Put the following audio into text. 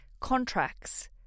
contracts